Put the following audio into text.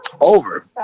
Over